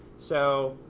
so